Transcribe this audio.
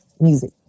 Music